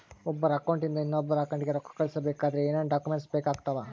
ಒಬ್ಬರ ಅಕೌಂಟ್ ಇಂದ ಇನ್ನೊಬ್ಬರ ಅಕೌಂಟಿಗೆ ರೊಕ್ಕ ಕಳಿಸಬೇಕಾದ್ರೆ ಏನೇನ್ ಡಾಕ್ಯೂಮೆಂಟ್ಸ್ ಬೇಕಾಗುತ್ತಾವ?